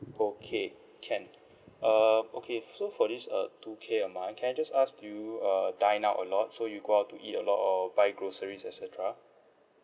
okay can uh okay so for this uh two K a month can I just ask do you uh dine out a lot so you go out to eat a lot or buy groceries et cetera